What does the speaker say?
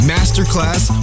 Masterclass